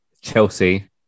Chelsea